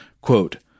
Quote